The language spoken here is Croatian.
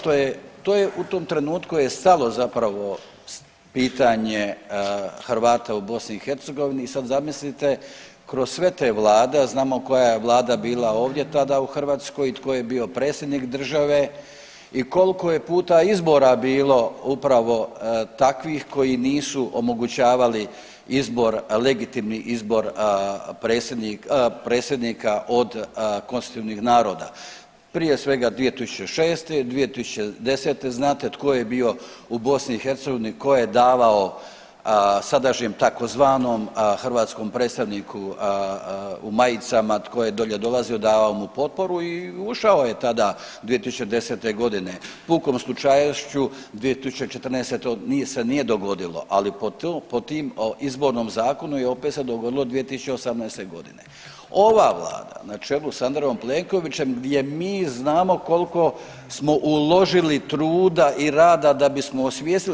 To je u tom trenutku je stalo zapravo pitanje Hrvata u BiH i sad zamislite kroz sve te vlade, a znamo koja je vlada bila ovdje tada u Hrvatskoj i tko je bio predsjednik države i koliko je puta izbora bilo upravo takvih koji nisu omogućavali izbor, legitimni izbor predsjednika od konstitutivnih naroda prije svega 2006., 2010. znate tko je bio u BiH tko je davao sadašnjem tzv. hrvatskom predstavniku u majicama tko je dolje dolazio davao mu potporu i ušao je tada 2010.g. Pukom slučajnošću 2014. to se nije dogodilo, ali po tom izbornom zakonu opet se dogodilo 2018.g. Ova vlada na čelu sa Andrejom Plenkovićem gdje mi znamo koliko smo uložili truda i rada da bismo osvijestili.